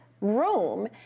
room